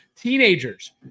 teenagers